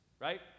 right